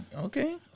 Okay